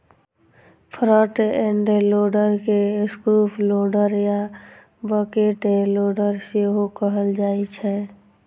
front end loader के scoop loader या bucket loader सेहो कहल जाइ छै